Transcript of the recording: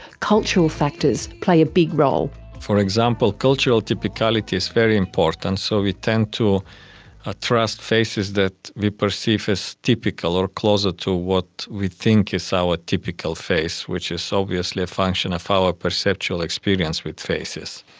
cultural factors play a big role. for example, cultural typicality is very important. so we tend to ah trust faces that we perceive as typical or closer to what we think is our typical face, which is obviously a function of our perceptual experience with faces.